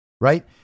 right